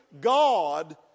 God